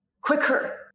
quicker